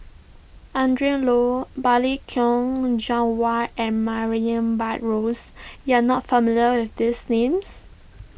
Adrin Loi Balli Kaur Jaswal and Murray Buttrose you are not familiar with these names